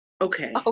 Okay